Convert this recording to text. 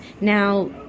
now